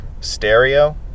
stereo